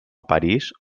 parís